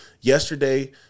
yesterday